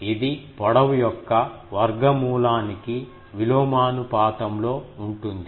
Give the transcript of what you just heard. ఇది పొడవు యొక్క వర్గమూలానికి విలోమానుపాతంలో ఉంటుంది